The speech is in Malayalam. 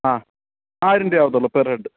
ആ ആയിരം രൂപയെ ആകത്തുള്ളൂ പെർ ഹെഡ്